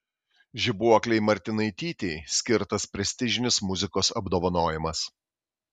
žibuoklei martinaitytei skirtas prestižinis muzikos apdovanojimas